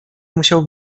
musiał